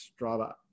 Strava